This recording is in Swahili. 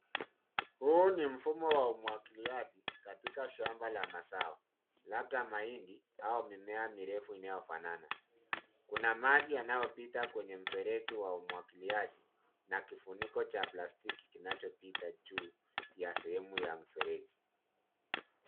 Huu ni mfumo wa umwagiliaji katika shamba la mazao, labda mahindi au mimea mirefu inayofanana. Kuna maji yanayopita kwenye mfereji wa umwagiliaji na kifuniko cha plastiki kinachopita juu ya sehemu ya mfereji.